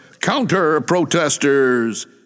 counter-protesters